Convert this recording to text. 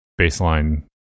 baseline